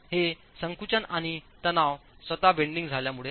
हे संकुचन आणि तणाव स्वतः बेंडिंग झाल्यामुळे आहे